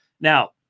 Now